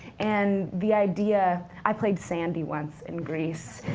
and the idea i played sandy once in grease.